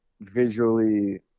visually